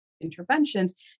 interventions